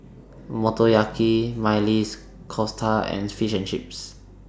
Motoyaki Maili Kofta and Fish and Chips